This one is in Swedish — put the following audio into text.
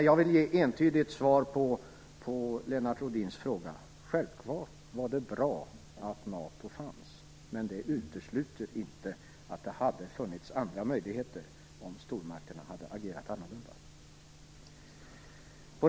Jag vill ge entydigt svar på Lennart Rohdins fråga. Självfallet var det bra att NATO fanns, men det utesluter inte att det hade funnits andra möjligheter om stormakterna hade agerat annorlunda.